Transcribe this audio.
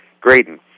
Graydon